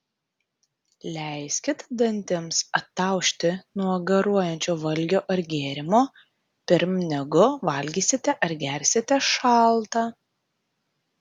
leiskit dantims ataušti nuo garuojančio valgio ar gėrimo pirm negu valgysite ar gersite šaltą